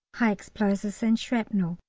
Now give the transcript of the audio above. high explosives and shrapnel.